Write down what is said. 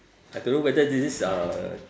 I don't know whether this is uh